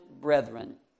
brethren